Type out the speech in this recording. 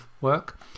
work